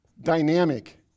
dynamic